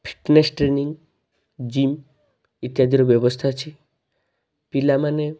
fitness training gym ଇତ଼୍ୟାଦିର ବ୍ୟବସ୍ଥା ଅଛି ପିଲାମାନେ